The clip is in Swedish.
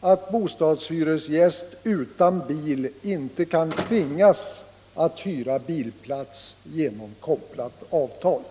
att bostadshyresgäst utan bil inte kan tvingas att hyra bilplats genom kopplat avtal.